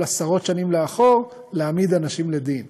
עשרות שנים לאחור להעמיד אנשים לדין,